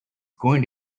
going